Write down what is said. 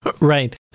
Right